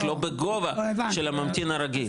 רק לא בגובה של הממתין הרגיל.